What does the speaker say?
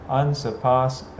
unsurpassed